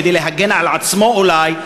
כדי להגן על עצמו אולי,